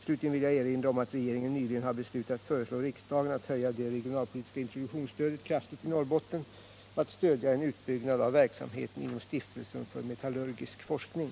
Slutligen vill jag erinra om att regeringen nyligen har beslutat föreslå riksdagen att höja det regionalpolitiska introduktionsstödet kraftigt i Norrbotten och att stödja en utbyggnad av verksamheten inom Stiftelsen för Metallurgisk forskning.